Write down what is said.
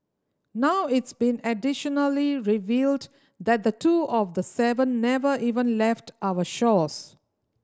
now it's been additionally revealed that two of the seven never even left our shores